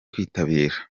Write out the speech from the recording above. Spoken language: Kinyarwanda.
kwitabira